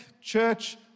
church